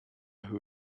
who